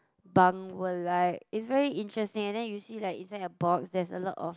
bunk were like is very interesting and then you see like inside a box there's a lot of